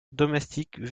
domestiques